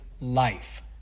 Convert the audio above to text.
life